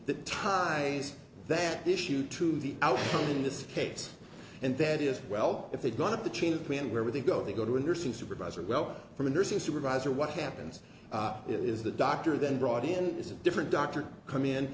that ties that issue to the outcome in this case and that is well if they got up the chain of command where would they go they go to a nursing supervisor well from a nursing supervisor what happens is the doctor then brought in is a different doctor come in